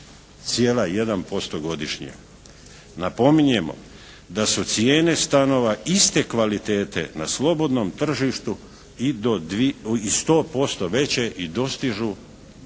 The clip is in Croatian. od 4,1% godišnje. Napominjemo da su cijene stanova iste kvalitete na slobodnom tržištu i 100% veće i dostižu